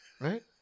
Right